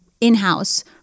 in-house